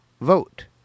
vote